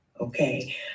Okay